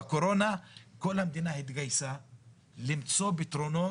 בקורונה כל המדינה התגייסה למצוא פתרונות